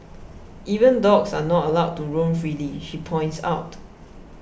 even dogs are not allowed to roam freely she points out